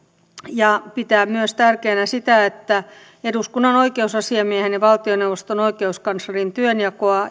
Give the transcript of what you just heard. pitää tärkeänä myös sitä että eduskunnan oikeusasiamiehen ja valtioneuvoston oikeuskanslerin työnjakoa